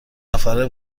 نفره